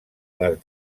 les